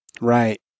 Right